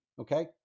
okay